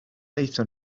aethon